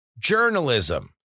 journalism